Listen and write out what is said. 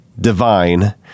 divine